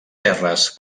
terres